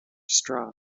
straw